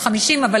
650,000,